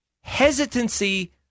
hesitancy